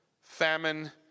famine